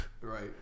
right